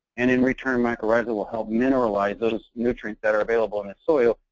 and in return, mycorrhizal will help mineralize those nutrients that are available in the soil,